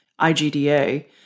IGDA